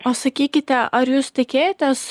o sakykite ar jūs tikėjotės